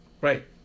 Right